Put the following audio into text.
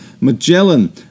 Magellan